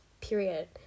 Period